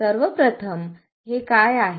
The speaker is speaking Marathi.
सर्व प्रथम हे काय आहे